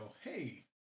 Hey